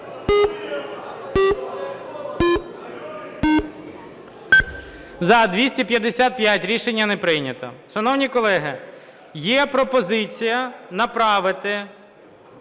За-255 Рішення не прийнято.